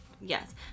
yes